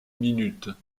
minutes